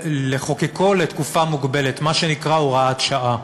ולחוקקו לתקופה מוגבלת, מה שנקרא הוראת שעה.